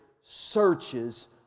searches